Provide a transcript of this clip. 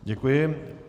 Děkuji.